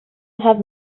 have